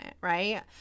right